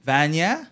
Vanya